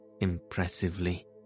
impressively